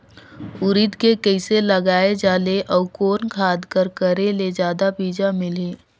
उरीद के कइसे लगाय जाले अउ कोन खाद कर करेले जादा बीजा मिलही?